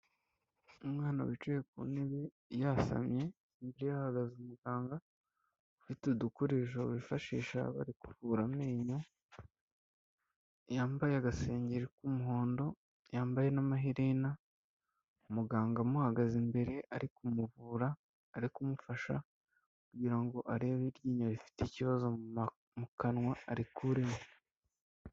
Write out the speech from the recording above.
Umwana wicaye ku ntebe yasamye, hirya ye hahagaze umuganga, ufite udukoresho bifashisha bbari kuvura amenyo, yambaye agasengeri k'umuhondo, yambaye n'amaherena, umuganga amuhagaze imbere ari kumuvura, ari kumufasha kugira ngo arebe iryinyo rifite ikibazo mu kanwa arikuremo.